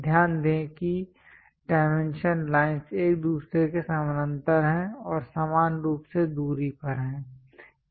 ध्यान दें कि डायमेंशन लाइनस् एक दूसरे के समानांतर हैं और समान रूप से दूरी पर हैं